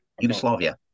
Yugoslavia